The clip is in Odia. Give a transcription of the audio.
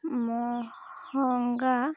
ମହଙ୍ଗା